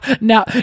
now